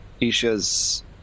Isha's